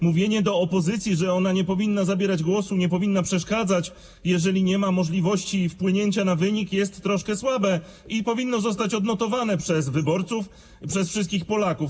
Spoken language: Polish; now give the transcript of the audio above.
Mówienie do opozycji, że ona nie powinna zabierać głosu, nie powinna przeszkadzać, jeżeli nie ma możliwości wpłynięcia na wynik, jest troszkę słabe i powinno zostać odnotowane przez wyborców, przez wszystkich Polaków.